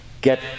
Get